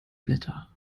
blätter